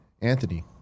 Anthony